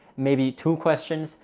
maybe two questions,